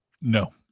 No